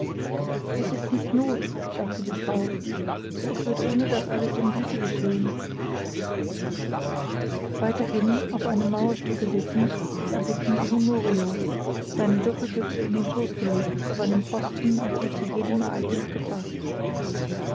es ist nicht not sagte die frau es wird ohne das alles in güte geschehen weiter hin auf einem mauerstücke sitzend erblickten sie honorio seine doppelbüchse in den schoß gelegt auf einem posten als wie zu jedem ereignis gefaßt